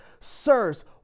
sirs